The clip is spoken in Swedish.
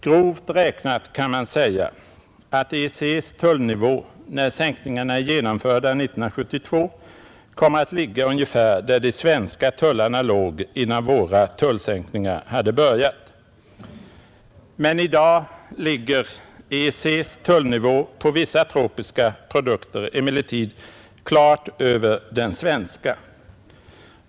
Grovt räknat kan man säga att EEC:s tullnivå, när sänkningarna är genomförda 1972, kommer att ligga ungefär där de svenska tullarna låg, innan våra tullsänkningar hade börjat. Men i dag ligger EEC:s tullnivå på vissa tropiska produkter klart över den svenska.